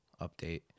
update